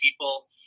people